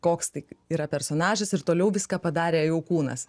koks tai yra personažas ir toliau viską padarė jau kūnas